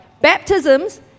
Baptisms